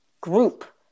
group